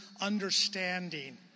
understanding